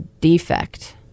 defect